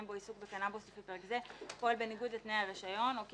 בו עיסוק בקנבוס לפי פרק זה פועל בניגוד לתנאי הרישיון או כי